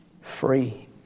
free